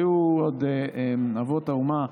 היו עוד אבות האומה.